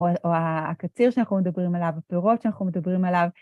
או הקציר שאנחנו מדברים עליו, הפירות שאנחנו מדברים עליו.